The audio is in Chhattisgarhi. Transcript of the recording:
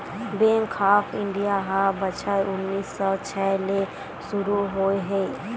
बेंक ऑफ इंडिया ह बछर उन्नीस सौ छै ले सुरू होए हे